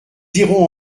irons